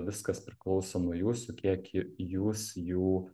viskas priklauso nuo jūsų kiek jūs jų